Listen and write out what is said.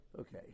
Okay